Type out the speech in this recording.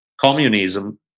communism